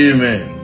Amen